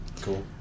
cool